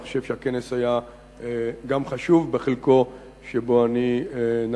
אני חושב שהכנס היה חשוב, בחלק שבו אני נכחתי,